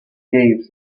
caves